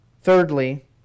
Thirdly